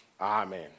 Amen